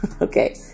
Okay